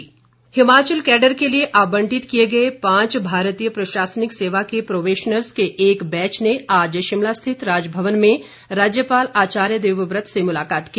भेंट हिमाचल कैडर के लिए आबंटित किए गए पांच भारतीय प्रशासनिक सेवा के प्रोबेशनर्ज़ के एक बैच ने आज शिमला स्थित राजभवन में राज्यपाल आचार्य देवव्रत से मुलाकात की